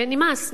ונמאס,